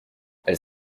elle